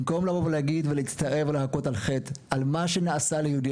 במקום לבוא ולהגיד ולהצטער ולהכות על חטא על מה שנעשה ליהודי